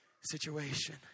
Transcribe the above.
situation